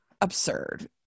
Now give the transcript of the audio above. absurd